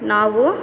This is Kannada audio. ನಾವು